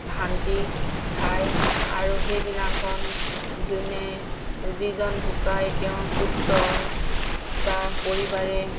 ভান্তি খাই আৰু সেই দিনাখন যোনে যিজন ঢুকাই তেওঁৰ পুত্ৰই বা পৰিবাৰে